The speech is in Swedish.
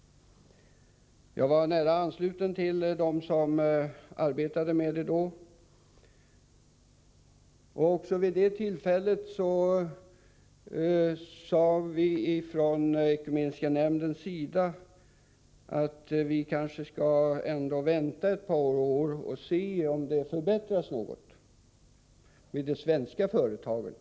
Jag var nära ansluten till dem som arbetade med detta då. Också vid det tillfället sade vi ifrån ekumeniska nämndens sida att vi kanske ändå skulle vänta ett par år och se om förhållandena förbättrades något vid de svenska företagen.